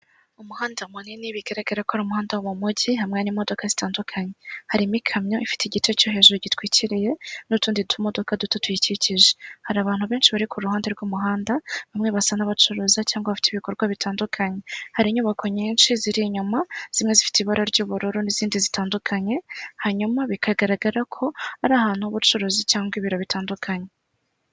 Umuhanda munini bigaragara ko ari umuhanda wo mu mujyi hamwe n'imodoka zitandukanye. Harimo ikamyo ifite igice cyo hejuru gitwikiriye n'utundi tumodoka tuyikikije hari abantu benshi bari ku ruhande rw'umuhanda bamwe basa n'abacuruza cyangwa aba bafite ibikorwa bitandukanye. Hari inyubako nyinshi ziri inyuma zimwe zifite ibara ry'uburu n'izindi zitandukanye hanyuma bikagaragara ko ari ahantu h'ubucuruzi cyangwa ibiro bitandukanye.